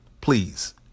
Please